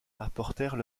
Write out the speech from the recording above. apportèrent